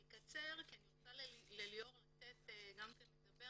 אני אקצר כי אני רוצה לתת גם לליאור לדבר